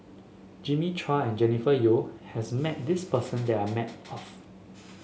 Jimmy Chua and Jennifer Yeo has met this person that I met of